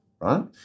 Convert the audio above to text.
right